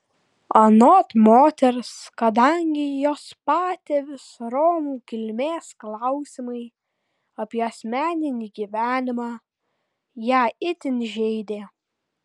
anot moters kadangi jos patėvis romų kilmės klausimai apie asmeninį gyvenimą ją itin žeidė